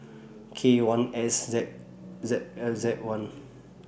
K one S Z Z Z one